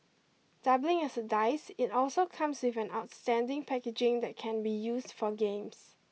doubling as a dice it also comes if an outstanding packaging that can be used for games